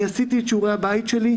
עשיתי את שיעורי הבית שלי.